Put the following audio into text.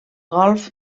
golf